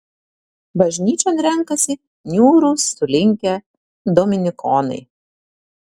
bažnyčion renkasi niūrūs sulinkę dominikonai